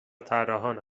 طراحان